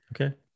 Okay